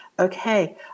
Okay